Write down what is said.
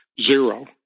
zero